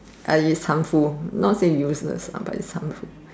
uh it's harmful not say useless but it's harmful